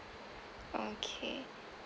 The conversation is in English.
okay